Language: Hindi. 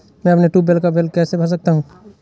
मैं अपने ट्यूबवेल का बिल कैसे भर सकता हूँ?